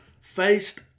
faced